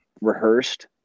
rehearsed